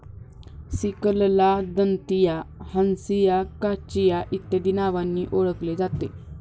सिकलला दंतिया, हंसिया, काचिया इत्यादी नावांनी ओळखले जाते